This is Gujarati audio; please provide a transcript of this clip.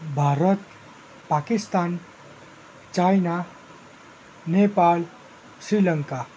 ભારત પાકિસ્તાન ચાઈના નેપાળ શ્રીલંકા